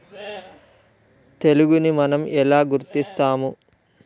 తెగులుని మనం ఎలా గుర్తిస్తాము?